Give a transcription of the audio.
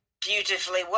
beautifully